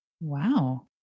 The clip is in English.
Wow